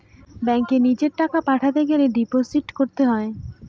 ব্যাঙ্কে নিজের টাকা পাঠাতে গেলে সেটা ডিপোজিট করতে হয়